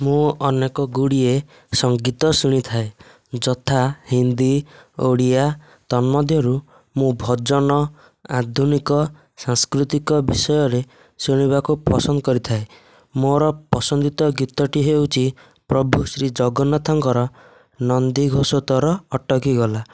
ମୁଁ ଅନେକ ଗୁଡ଼ିଏ ସଙ୍ଗୀତ ଶୁଣିଥାଏ ଯଥା ହିନ୍ଦୀ ଓଡ଼ିଆ ତନ୍ମଧ୍ୟରୁ ମୁଁ ଭଜନ ଆଧୁନିକ ସାଂସ୍କୃତିକ ବିଷୟରେ ଶୁଣିବାକୁ ପସନ୍ଦ କରିଥାଏ ମୋ'ର ପସନ୍ଦିତ ଗୀତଟି ହେଉଛି ପ୍ରଭୁ ଶ୍ରୀଜଗନ୍ନାଥଙ୍କର ନନ୍ଦିଘୋଷ ତୋ'ର ଅଟକିଗଲା